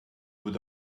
would